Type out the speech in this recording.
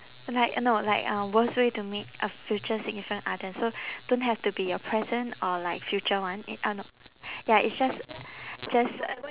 and like uh no like um worst way to meet a future significant other so don't have to be your present or like future one it uh no ya it's just just